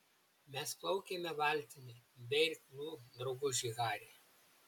mes plaukiame valtimi be irklų drauguži hari